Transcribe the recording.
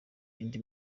indi